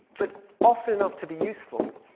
but often enough to be useful,